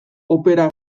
opera